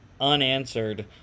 unanswered